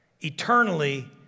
Eternally